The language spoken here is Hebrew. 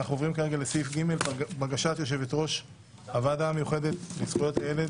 אנחנו עוברים לסעיף ג': בקשת יושבת-ראש הוועדה המיוחדת לזכויות הילד